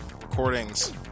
Recordings